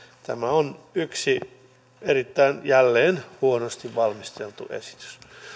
tämä on jälleen yksi erittäin huonosti valmisteltu esitys